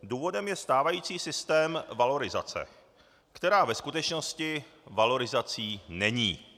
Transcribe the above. Důvodem je stávající systém valorizace, která ve skutečnosti valorizací není.